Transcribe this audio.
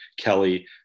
kelly